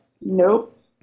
Nope